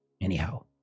Anyhow